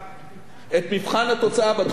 את מבחן התוצאה בתחום הכלכלי,